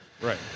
Right